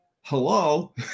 Hello